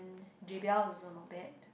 J_B_L is also not bad